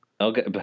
Okay